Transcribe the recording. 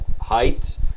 height